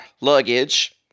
luggage